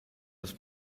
des